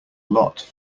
lot